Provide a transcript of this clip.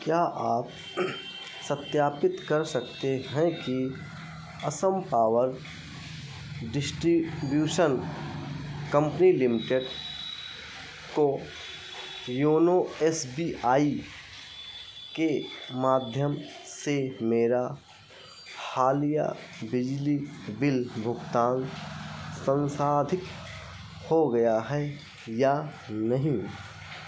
क्या आप सत्यापित कर सकते हैं कि Assam power distribution company limited को योनो एस बी आई के माध्यम से मेरा हालिया बिजली बिल भुगतान सन्साधित हो गया है या नहीं